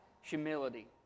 humility